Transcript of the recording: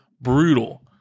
brutal